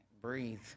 breathe